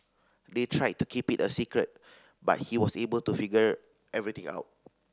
they tried to keep it a secret but he was able to figure everything out